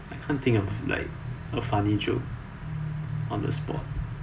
I can't think of like a funny joke on the spot